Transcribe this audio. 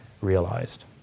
realized